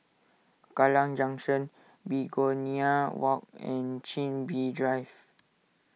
Kallang Junction Begonia Walk and Chin Bee Drive